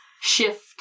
shift